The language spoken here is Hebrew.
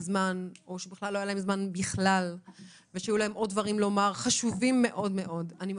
זמן או שבכלל לא היה להם זמן ויש להם עוד דברים חשובים מאוד להגיד.